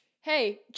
hey